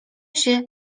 się